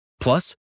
Plus